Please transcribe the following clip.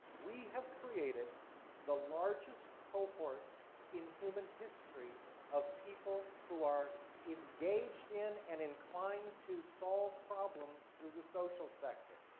we have created the largest cohort in human history of people who are engaged in and inclined to solve problems through the social sector.